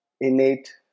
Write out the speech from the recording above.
innate